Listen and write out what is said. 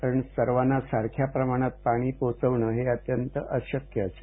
कारण या सर्वांना सारख्या प्रमाणात पाणी पोहचवनं हे अत्यंत अशक्य असे